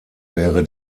wäre